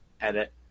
edit